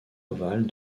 ovale